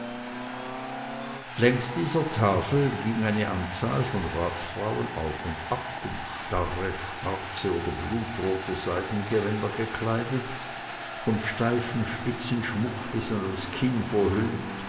längs dieser tafel ging eine anzahl von ratsfrauen auf und ab in starre schwarze oder blutrote seidengewänder gekleidet von steifem spitzenschmuck bis an das kinn verhüllt